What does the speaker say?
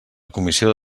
comissió